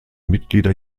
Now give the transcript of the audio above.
mitglieder